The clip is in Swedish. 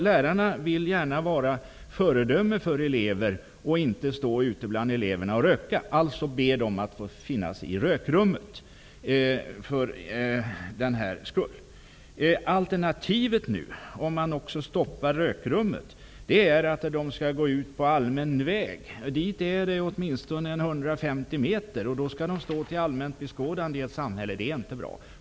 Lärarna vill gärna vara föredöme för elever och inte stå ute bland dem och röka. Lärarna ber därför att få röka i rökrummet. Alternativet blir, om möjligheten att röka i rökrummet stoppas, att lärarna måste gå till allmän väg. I det här fallet är det åtminstone 150 m till en sådan. Att lärarna tvingas stå där till allmänt beskådande vore inte bra.